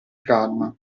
calma